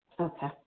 Okay